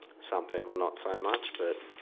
some people not so much, but